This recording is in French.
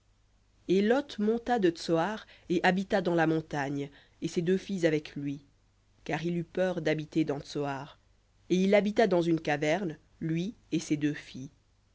et lot monta de tsoar et habita dans la montagne et ses deux filles avec lui car il eut peur d'habiter dans tsoar et il habita dans une caverne lui et ses deux filles